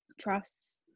trusts